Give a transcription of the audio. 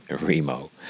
Remo